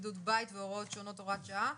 (בידוד בית והוראות שונות) (הוראת שעה)